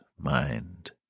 mind